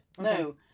No